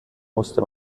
musste